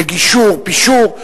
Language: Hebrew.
לגישור-פישור,